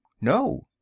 No